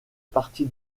partie